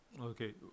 Okay